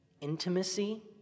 intimacy